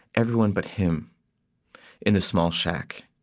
everyone but him in this small shack,